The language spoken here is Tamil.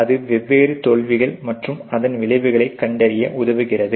அது வெவ்வேறு தோல்விகள் மற்றும் அதன் விளைவுகளை கண்டறிய உதவுகிறது